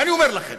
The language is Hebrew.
ואני אומר לכם,